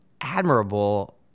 admirable